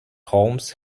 homes